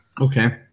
Okay